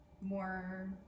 more